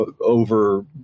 over